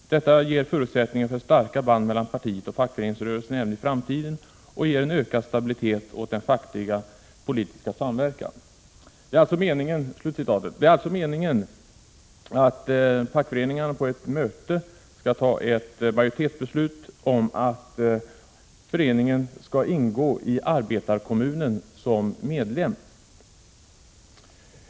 Detta ger förutsättningar för starka band mellan partiet och fackföreningsrörelsen även i framtiden och ger en ökad stabilitet åt den facklig-politiska samverkan.” Det är alltså meningen att fackföreningar på ett möte skall fatta ett majoritetsbeslut om att föreningen skall ingå i arbetarkommunen som medlem.